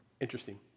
Interesting